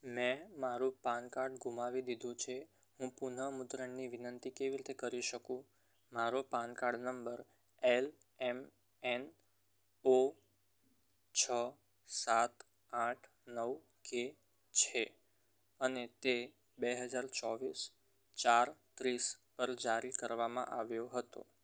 મે મારું પાનકાર્ડ ગુમાવી દીધું છે હું પુનઃમુદ્રણની વિનંતી કેવી રીતે કરી શકું મારો PAN card number L M N O છ સાત આઠ નવ કે છે અને તે બે હજાર ચોવીસ ચાર ત્રીસ પર જારી કરવામાં આવ્યો હતો